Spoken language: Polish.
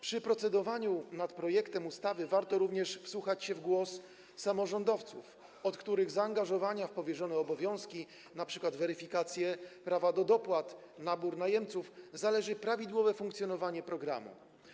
Przy procedowaniu nad projektem ustawy warto również wsłuchać się w głos samorządowców, od których zaangażowania w powierzone obowiązki, np. weryfikację prawa do dopłat czy nabór najemców, zależy prawidłowe funkcjonowanie programu.